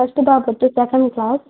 first బాబు వచ్చి second class